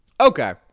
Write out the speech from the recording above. Okay